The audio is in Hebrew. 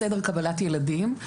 סדר קבלת ילדים,